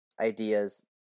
ideas